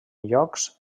llocs